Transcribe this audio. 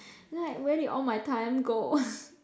then like where did all my time go